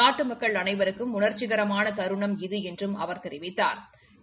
நாட்டு மக்கள் அனைவருக்கும் உணா்ச்சிகரமான தருணம் இது என்றும் அவா் தெரிவித்தாா்